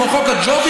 כמו חוק הג'ובים?